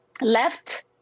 left